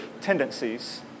tendencies